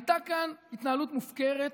הייתה כאן התנהלות מופקרת,